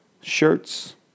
shirts